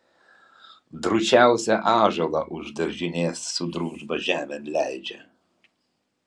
drūčiausią ąžuolą už daržinės su družba žemėn leidžia